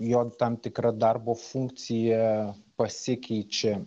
jo tam tikra darbo funkcija pasikeičia